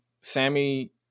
Sammy